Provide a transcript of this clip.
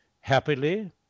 happily